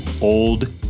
old